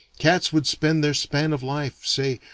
cats would spend their span of life, say,